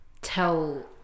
tell